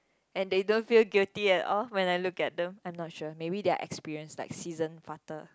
and they don't feel guilty at all when I look at them I'm not sure maybe they're experienced like seasoned farter